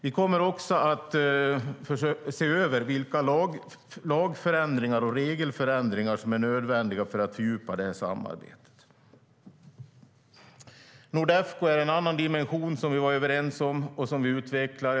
Vi kommer också att se över vilka lagförändringar och regelförändringar som är nödvändiga för att fördjupa samarbetet. Nordefco är en annan sak som vi var överens om och som vi utvecklade.